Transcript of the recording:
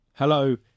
Hello